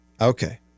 Okay